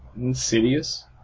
Insidious